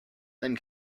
then